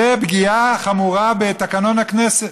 זו פגיעה חמורה בתקנון הכנסת.